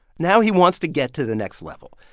now he wants to get to the next level.